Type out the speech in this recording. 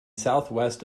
southwest